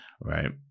Right